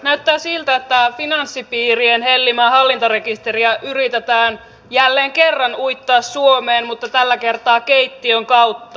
näyttää siltä että finanssipiirien hellimää hallintarekisteriä yritetään jälleen kerran uittaa suomeen mutta tällä kertaa keittiön kautta